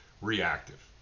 reactive